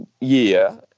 year